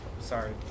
Sorry